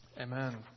Amen